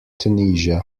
tunisia